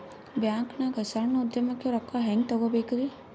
ಬ್ಯಾಂಕ್ನಾಗ ಸಣ್ಣ ಉದ್ಯಮಕ್ಕೆ ರೊಕ್ಕ ಹೆಂಗೆ ತಗೋಬೇಕ್ರಿ?